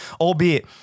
albeit